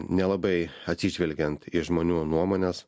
nelabai atsižvelgiant į žmonių nuomones